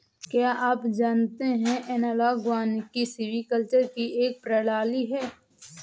क्या आप जानते है एनालॉग वानिकी सिल्वीकल्चर की एक प्रणाली है